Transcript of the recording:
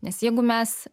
nes jeigu mes